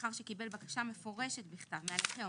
לאחר שקיבל בקשה מפורשת בכתב מהנכה או